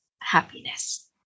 happiness